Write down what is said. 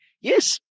yes